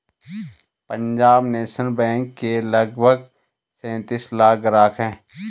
Punjab national bank के लगभग सैंतीस लाख ग्राहक हैं